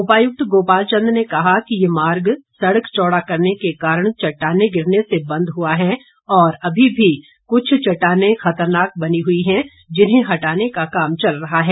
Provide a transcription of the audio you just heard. उपायुक्त गोपाल चंद ने कहा कि ये मार्ग सड़क चौड़ा करने के कारण चट्टाने गिरने से बंद हुआ है और अभी भी कुछ चट्टाने खतरनाक बनी हुई है जिन्हें हटाने का काम चल रहा है